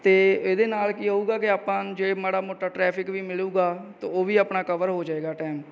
ਅਤੇ ਇਹਦੇ ਨਾਲ ਕੀ ਹੋਊਗਾ ਕਿ ਆਪਾਂ ਜੇ ਮਾੜਾ ਮੋਟਾ ਟਰੈਫਿਕ ਵੀ ਮਿਲੂਗਾ ਤਾਂ ਉਹ ਵੀ ਆਪਣਾ ਕਵਰ ਹੋ ਜਾਏਗਾ ਟਾਈਮ